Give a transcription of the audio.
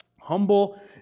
Humble